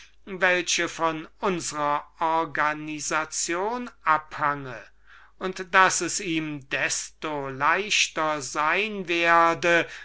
welche von unsrer organisation abhange und daß es ihm nur desto leichter sein werde